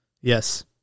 Yes